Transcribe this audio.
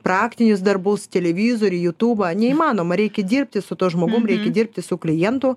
praktinius darbus televizorių jutubą neįmanoma reikia dirbti su tuo žmogum reikia dirbti su klientu